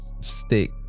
stick